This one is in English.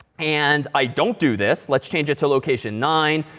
and i don't do this. let's change it to location nine,